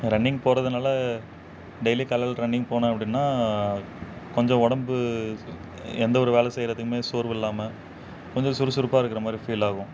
running போறதினால daily காலையில running போனேன் அப்படின்னா கொஞ்சம் உடம்பு எந்த ஒரு வேலை செய்யறத்துக்குமே சோர்வு இல்லாமல் கொஞ்சம் சுறுசுறுப்பாக இருக்கிற மாதிரி ஃபீல் ஆகும்